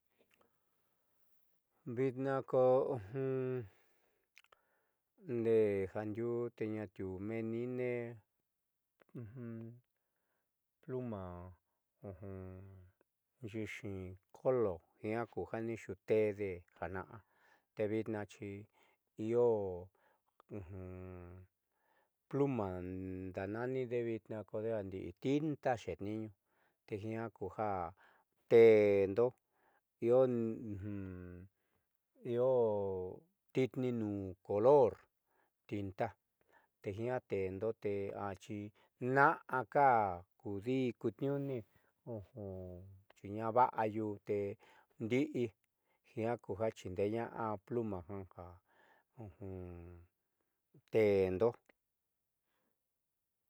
Vitnaa koo ndee jandiuu te ñaatiuu meenine pl a nyiixii kolo jiaa ku ja niixuuteéde jaanaá te vitnaa xiio pl a daana'anidi vitnaa kodeja ndii tinta xeetniiñu te jiaa kuja te'endo io tini'ini nuu kolor tinta tejiaa te'endo te aaxi na'aka kudii kutniuuni xiiava'a yu te ndi'i jiaa ku ja xiindeeña'a pl a ja ju te'endo.